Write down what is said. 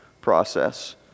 process